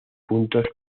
puntos